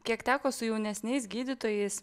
kiek teko su jaunesniais gydytojais